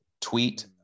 tweet